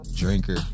drinker